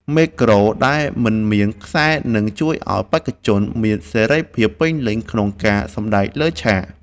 មេក្រូដែលមិនមានខ្សែនឹងជួយឱ្យបេក្ខជនមានសេរីភាពពេញលេញក្នុងការសម្ដែងលើឆាក។